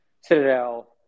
Citadel